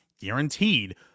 Guaranteed